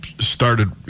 started